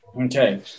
Okay